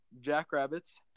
Jackrabbits